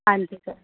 ਹਾਂਜੀ ਸਰ